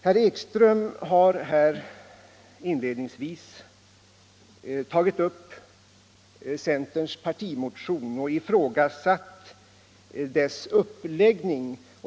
Herr Ekström har här inledningsvis tagit upp centerns partimotion och ifrågasatt dess uppläggning.